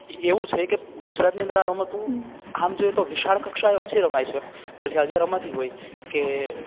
એવું છે કે ગુજરાતની અંદર આ રમતો આમ જોઈએ તો વિશાળ કક્ષાએ ઓછી રમાય છે પણ જ્યાં જ્યાં રમાતી હોય કે